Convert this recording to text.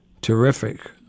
terrific